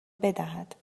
بدهد